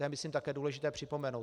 To je myslím také důležité připomenout.